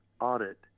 audit